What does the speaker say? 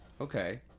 Okay